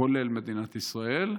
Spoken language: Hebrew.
כולל מדינת ישראל,